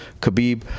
Khabib